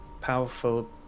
powerful